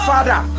Father